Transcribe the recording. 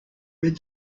read